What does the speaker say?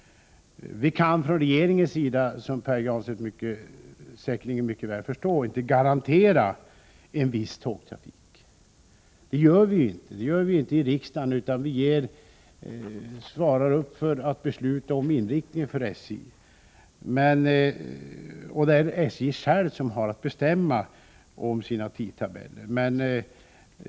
Som Pär Granstedt säkerligen mycket väl förstår, kan vi från regeringens sida inte garantera en viss tågtrafik. Det gör vi heller inte i riksdagen, utan vi svarar för beslut om SJ:s inriktning. Det är SJ självt som har att bestämma om sina tidtabeller.